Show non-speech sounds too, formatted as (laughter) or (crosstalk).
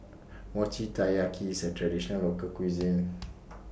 Mochi Taiyaki IS A Traditional Local Cuisine (noise)